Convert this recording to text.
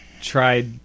tried